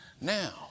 Now